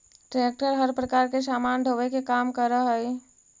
tractor हर प्रकार के सामान ढोवे के काम करऽ हई